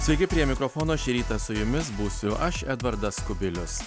sveiki prie mikrofono šį rytą su jumis būsiu aš edvardas kubilius